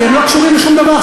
הן לא קשורות לשום דבר,